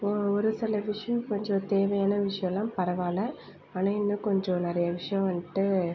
ஒரு சில விஷயம் கொஞ்சம் தேவையான விஷயம்லாம் பரவாயில்ல ஆனால் இன்னும் கொஞ்சம் நிறையா விஷயம் வந்துட்டு